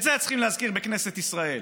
את זה צריך להזכיר בכנסת ישראל,